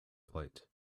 plate